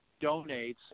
donates